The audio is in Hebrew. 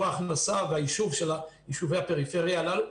ההכנסה והיישוב של יישובי הפריפריה הללו.